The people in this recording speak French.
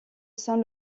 saint